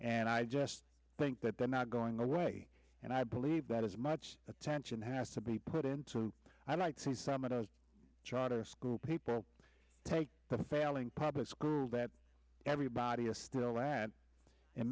and i just think that they're not going away and i believe that as much attention has to be put into i'd like to see some of those charter school people take the failing public schools that everybody is still at and